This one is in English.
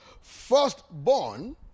firstborn